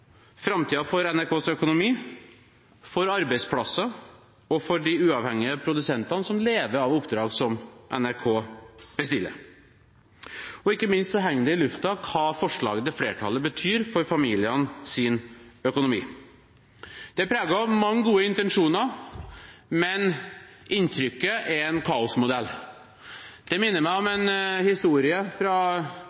for NRKs økonomi, for arbeidsplasser og for de uavhengige produsentene som lever av oppdrag som NRK bestiller. Og ikke minst henger det i lufta hva forslaget til flertallet betyr for familienes økonomi. Det er preget av mange gode intensjoner, men inntrykket er en kaosmodell. Det minner meg om